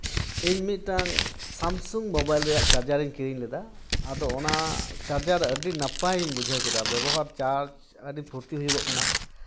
ᱤᱧ ᱢᱤᱫᱴᱟᱱ Samsung mobile ᱨᱮᱭᱟᱜ ᱪᱟᱨᱡᱟᱨ ᱤᱧ ᱠᱤᱨᱤᱧ ᱞᱮᱫᱟ ᱟᱫᱚ ᱚᱱᱟ ᱪᱟᱨᱡᱟᱨ ᱟᱹᱰᱤ ᱱᱟᱯᱟᱭ ᱤᱧ ᱵᱩᱡᱷᱟᱹᱣ ᱠᱮᱫᱟ ᱵᱮᱵᱚᱦᱟᱨ ᱪᱟᱨᱡᱽ ᱟᱹᱰᱤ ᱯᱩᱨᱛᱤ ᱦᱩᱭᱩᱜᱚᱜ ᱠᱟᱱᱟ